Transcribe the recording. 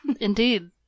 indeed